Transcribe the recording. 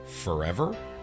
forever